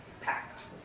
packed